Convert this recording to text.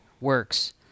works